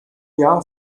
jahr